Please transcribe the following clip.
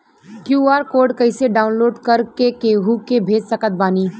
QR code कइसे download कर के केहु के भेज सकत बानी?